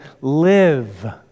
live